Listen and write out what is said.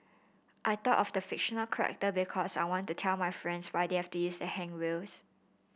I thought of the fictional character because I want to tell my friends why they have to use the handrails